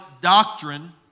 doctrine